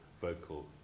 vocal